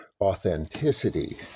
authenticity